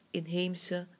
inheemse